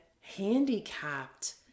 handicapped